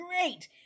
great